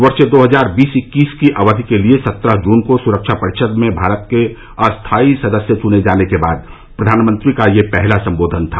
वर्ष दो हजार बीस इक्कीस की अवधि के लिए सत्रह जून को सुरक्षा परिषद में भारत के अस्थायी सदस्य चुने जाने के बाद प्रधानमंत्री का यह पहला सम्बोधन था